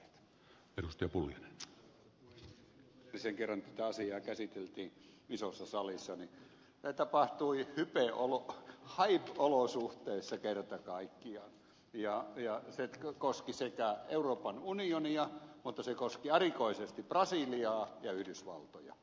silloin kun edellisen kerran tätä asiaa käsiteltiin isossa salissa niin se tapahtui hype olosuhteissa kerta kaikkiaan ja se koski euroopan unionia mutta erikoisesti brasiliaa ja yhdysvaltoja